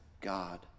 God